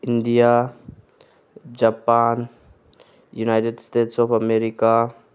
India Japan United States of America